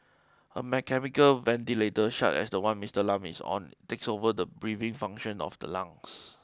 a mechanical ventilator such as the one Mister Lam is on takes over the breathing function of the lungs